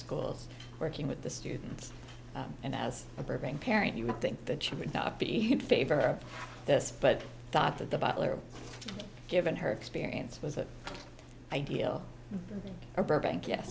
schools working with the students and as a burbank parent you would think that she would not be in favor of this but thought that the butler given her experience with that idea or burbank ye